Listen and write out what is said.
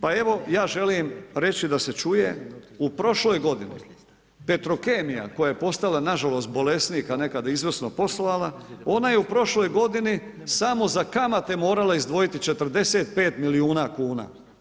Pa evo, ja želim reći, da se čuje, u prošloj godini, petrokemija, koja je postala, nažalost, bolesnik, a nekada izvrsno poslovala, ona je u prošloj godini, samo za kamate morala izdvojiti 45 milijuna kuna.